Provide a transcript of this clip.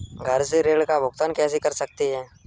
घर से ऋण का भुगतान कैसे कर सकते हैं?